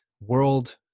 world